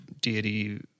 Deity